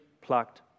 plucked